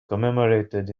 commemorated